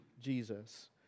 Jesus